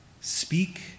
speak